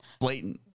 Blatant